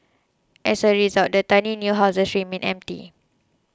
as a result the tiny new houses remained empty